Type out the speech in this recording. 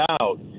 out